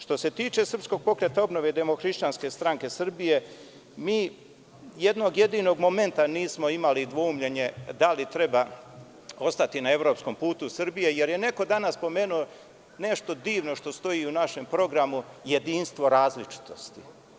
Što se tiče SPO i DHSS, mi jednog jedinog momenta nismo imali dvoumljenje da li treba ostati na evropskom putu Srbije, jer je neko danas pomenuo nešto divno što stoji i u našem programu – jedinstvo različitosti.